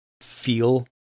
feel